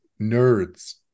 nerds